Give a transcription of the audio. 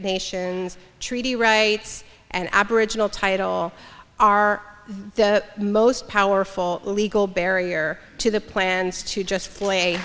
nation's treaty rights and aboriginal title are the most powerful legal barrier to the plans to just play